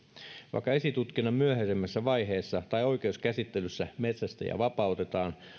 vaikka esitutkinnan myöhäisemmässä vaiheessa tai oikeuskäsittelyssä metsästäjä vapautetaan